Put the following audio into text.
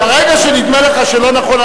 ברגע שנדמה לך שלא נכון,